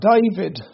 David